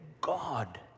God